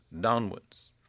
downwards